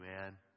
man